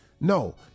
no